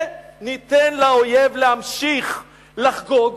וניתן לאויב להמשיך לחגוג,